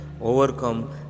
overcome